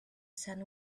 sun